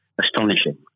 astonishing